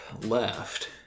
left